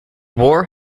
war